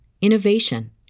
innovation